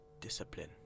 discipline